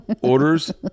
Orders